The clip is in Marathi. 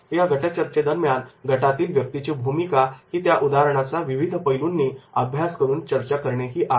या गट चर्चेदरम्यान गटातील व्यक्तींची भूमिका ही त्या उदाहरणाचा विविध पैलूंनी अभ्यास करून चर्चा करणे ही आहे